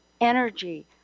energy